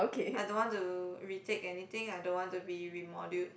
I don't want to retake anything I don't want to be re-moduled